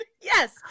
Yes